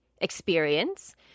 experience